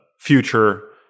future